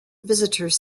visitors